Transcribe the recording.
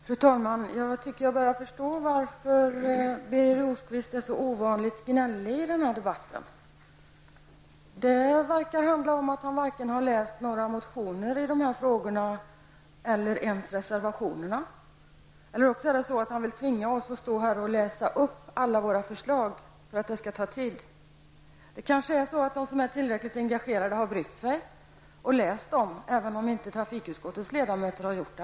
Fru talman! Jag tror att jag börjar förstå varför Birger Rosqvist är så ovanligt gnällig i den här debatten. Antingen har han inte läst vare sig motionerna eller reservationerna eller också vill han tvinga oss att läsa upp alla våra förslag här så att det skall ta tid. De som är tillräckligt engagerade har kanske brytt sig och läst reservationerna, även om inte alla ledamöter i trafikutskottet har gjort det.